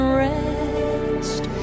rest